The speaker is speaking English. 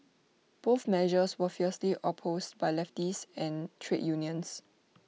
both measures were fiercely opposed by leftists and trade unions